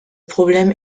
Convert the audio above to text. problème